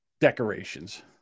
decorations